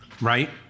right